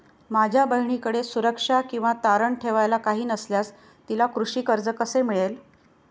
माझ्या बहिणीकडे सुरक्षा किंवा तारण ठेवायला काही नसल्यास तिला कृषी कर्ज कसे मिळेल?